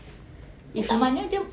if he